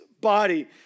body